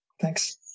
Thanks